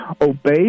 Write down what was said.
Obey